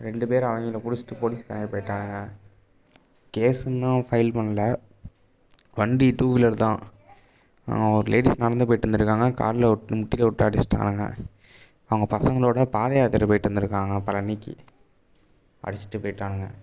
ரெண்டு பேர் அவங்கள பிடிச்சிட்டு போலீஸ்காரங்கள் போய்விட்டானுங்க கேஸ் இன்னும் ஃபைல் பண்ணலை வண்டி டூ வீலர் தான் ஒரு லேடிஸ் நடந்து போய்கிட்டு இருக்காங்க காலில் உட் முட்டிக்குள்ளே அடிச்சுட்டானுங்க அவங்க பசங்களோடு பாதயாத்திரை போய்கிட்ருந்திருக்காங்க பழனிக்கு அடிச்சுட்டு போய்விட்டானுங்க